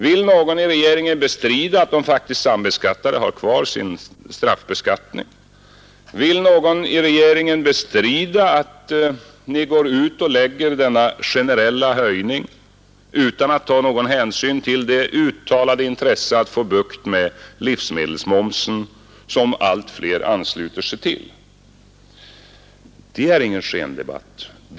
Vill någon i regeringen bestrida att de faktiskt sambeskattade har kvar sin straffbeskattning? Vill någon i regeringen bestrida att ni genomför denna generella höjning utan att ta någon hänsyn till det uttalade intresset att få bort momsen på livsmedel, en tanke som allt fler anslutit sig till? Det är ingen skendebatt.